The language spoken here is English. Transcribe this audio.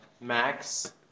max